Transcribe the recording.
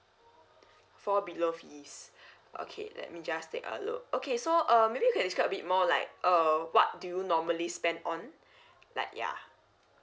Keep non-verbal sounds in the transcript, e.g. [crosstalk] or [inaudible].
fall below fees [breath] okay let me just take a look okay so uh maybe you can describe a bit more like uh what do you normally spend on [breath] like yeah